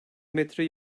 metre